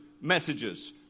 messages